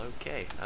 okay